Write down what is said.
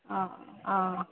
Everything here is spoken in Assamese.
অঁ অঁ